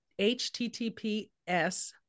HTTPS